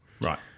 Right